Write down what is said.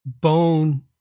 bone